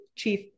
Chief